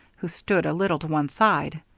who stood a little to one side.